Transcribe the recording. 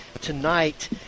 tonight